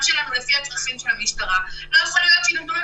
שלנו לפי הצרכים שלהם ולא יכול להיות שייתנו לנו